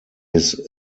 his